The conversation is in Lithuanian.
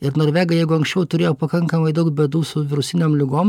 ir norvegai jeigu anksčiau turėjo pakankamai daug bėdų su virusiniom ligom